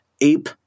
Ape